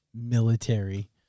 military